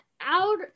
out